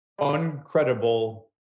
uncredible